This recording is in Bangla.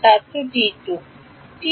ছাত্র